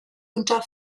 unter